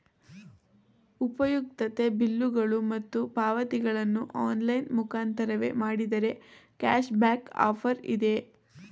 ಉಪಯುಕ್ತತೆ ಬಿಲ್ಲುಗಳು ಮತ್ತು ಪಾವತಿಗಳನ್ನು ಆನ್ಲೈನ್ ಮುಖಾಂತರವೇ ಮಾಡಿದರೆ ಕ್ಯಾಶ್ ಬ್ಯಾಕ್ ಆಫರ್ಸ್ ಇವೆಯೇ?